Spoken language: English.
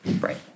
right